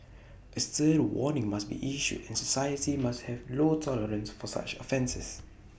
A stern warning must be issued and society must have low tolerance for such offences